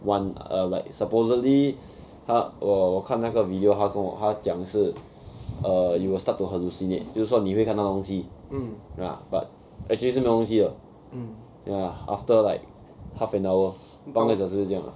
one err like supposedly 他我我看那个 video 他跟我他讲是 err you will start to hallucinate 就是说你会看到东西 ah but actually 是没有东西的 ya after like half an hour 半个小时这样 lah